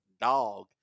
dog